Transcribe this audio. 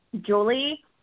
Julie